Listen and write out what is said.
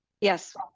Yes